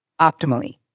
optimally